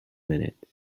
minutes